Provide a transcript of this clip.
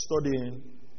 studying